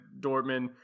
Dortmund